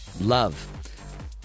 Love